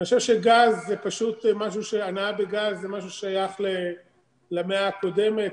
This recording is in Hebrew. אני חושב שהנעה בגז זה משהו ששייך למאה הקודמת,